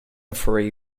free